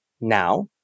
now